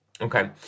Okay